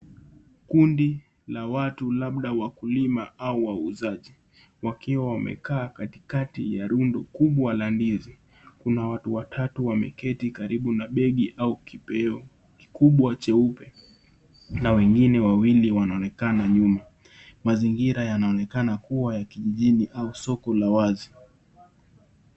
Kundi la watu, labda wakulima au wauzaji, wakiwa wamekaa kati kati ya tundu kubwa la ndizi. Kuna watu watatu wameketi karibu na begi au kipeo kubwa jeupe na wengine wawili wanaonekana nyuma. Mazingira yanaonekana kuwa ya kijijini au soko la wazi.